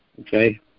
okay